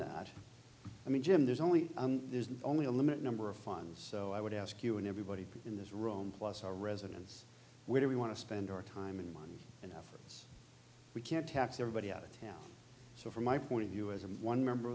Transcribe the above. that i mean jim there's only there's only a limited number of funds so i would ask you and everybody in this room plus our residence where we want to spend our time and money we can't tax everybody out of town so from my point of view as i'm one member